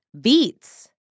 beets